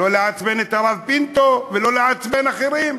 לא לעצבן את הרב פינטו ולא לעצבן אחרים.